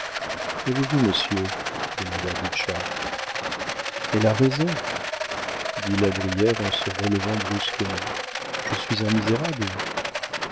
qu'avez-vous monsieur demanda butscha elle a raison dit la brière en se relevant brusquement je suis un misérable